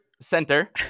center